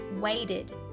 waited